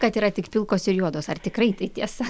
kad yra tik pilkos ir juodos ar tikrai tai tiesa